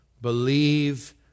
believe